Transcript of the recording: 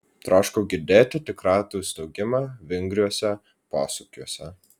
troškau girdėti tik ratų staugimą vingriuose posūkiuose